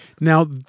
Now